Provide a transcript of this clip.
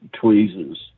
tweezers